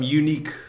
unique